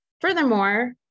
Furthermore